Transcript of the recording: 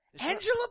angela